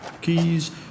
Keys